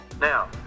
Now